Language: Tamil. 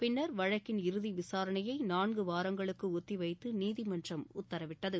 பின்னர் வழக்கின் இறுதி விசாரணையை நான்கு வாரங்களுக்கு ஒத்தி வைத்து நீதிமன்றம் உத்தரவிட்டது